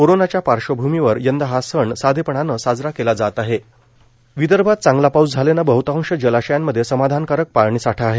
कोरोनाच्या पार्श्वभूमीवर यंदा हा सन साधेपणाने साजरा केला जात आहे विदर्भात चांगला पाऊस झाल्याने बहतांश जलाशयांमध्ये समाधानकारक पाणीसाठा आहे